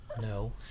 No